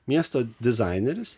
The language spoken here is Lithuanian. miesto dizaineris